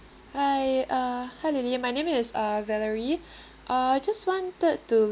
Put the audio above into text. hi uh hi lily my name uh valerie uh I just wanted to